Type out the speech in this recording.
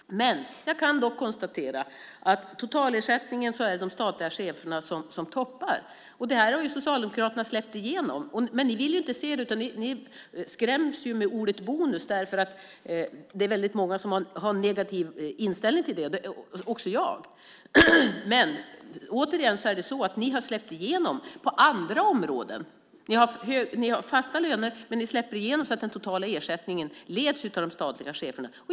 Jag kan dock konstatera att när det gäller totalersättningen är det de statliga cheferna som toppar. Det har Socialdemokraterna släppt igenom. Men ni vill inte se det. Ni skräms med ordet bonus för att det är väldigt många som har en negativ inställning till det, också jag. Ni har släppt igenom det på andra områden. Ni har fasta löner, men ni släpper igenom det så att den totala ersättningen leds av de statliga cheferna.